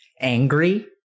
angry